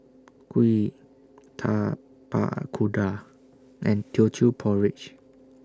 Kuih Tapak Kuda and Teochew Porridge